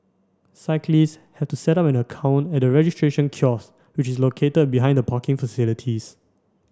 cyclists have to set up an account at the registration kiosks which is located behind the parking facilities